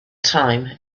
time